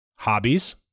Hobbies